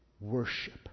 worship